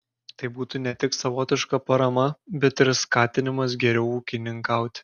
tai būtų ne tik savotiška parama bet ir skatinimas geriau ūkininkauti